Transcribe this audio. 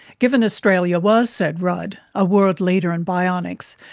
given australia was, said rudd, a world leader in bionics,